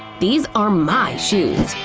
these are my shoes!